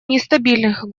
нестабильных